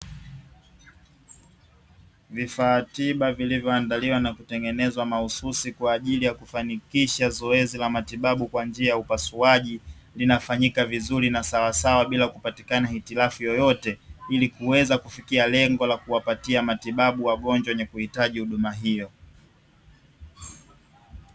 Vifaa tiba vilivyoandaliwa na kutengenezwa mahususi kwa ajili kufanikisha zoezi la matibabu kwa njia ya upasuaji linafanyika vizuri na sawasawa bila kupatikana hitilafu yeyote, ili kuweza kufikia lengo la kuwapatia matibabu wagonjwa wenye kuhitaji huduma hiyo.